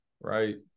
right